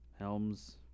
Helms